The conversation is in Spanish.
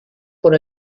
por